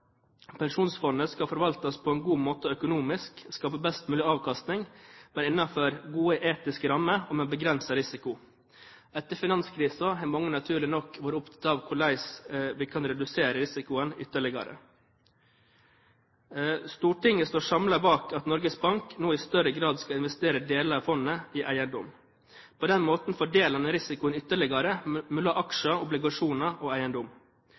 Pensjonsfondet skal forvaltes på en god måte økonomisk, skape best mulig avkastning, men innenfor gode etiske rammer og med begrenset risiko. Etter finanskrisen har mange naturlig nok vært opptatt av hvordan vi kan redusere risikoen ytterligere. Stortinget står samlet bak at Norges Bank nå i større grad skal investere deler av fondet i eiendom. På den måten fordeler en risikoen ytterligere mellom aksjer, obligasjoner og eiendom.